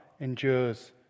endures